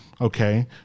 Okay